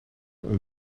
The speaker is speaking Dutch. een